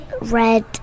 red